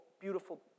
beautiful